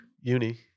uni